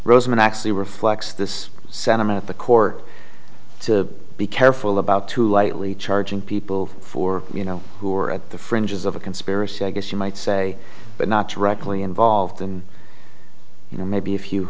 rosen actually reflects this sentiment of the court to be careful about too lightly charging people for you know who are at the fringes of a conspiracy i guess you might say but not directly involved and you know maybe if you